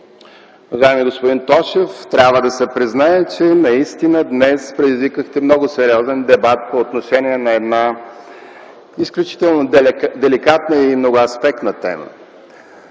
Уважаеми господин Тошев, трябва да се признае, че наистина днес предизвикахте много сериозен дебат по отношение на една изключително деликатна и многоаспектна тема.